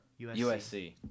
USC